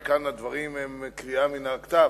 כי כאן הדברים הם קריאה מן הכתב.